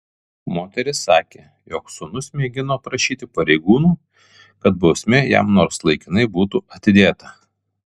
moteris sakė jog sūnus mėgino prašyti pareigūnų kad bausmė jam nors laikinai būtų atidėta